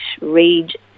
read